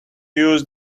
use